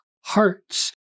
hearts